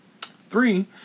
Three